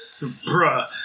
Bruh